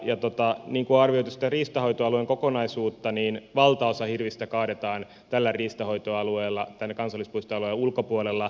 kun on arvioitu sitä riistanhoitoalueen kokonaisuutta niin valtaosa hirvistä kaadetaan tällä riistanhoitoalueella tämän kansallispuistoalueen ulkopuolella